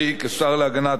כשר להגנת העורף.